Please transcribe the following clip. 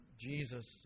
Jesus